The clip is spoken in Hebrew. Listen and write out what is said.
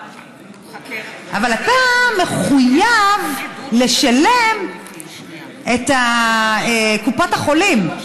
אבל אתה מחויב לשלם את קופת החולים,